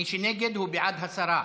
מי שנגד, הוא בעד הסרה.